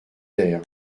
ter